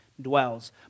dwells